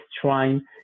trying